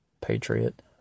Patriot